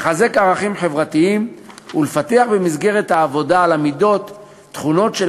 לחזק ערכים חברתיים ולפתח במסגרת העבודה על המידות תכונות של